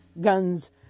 guns